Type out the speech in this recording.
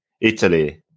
Italy